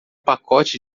pacote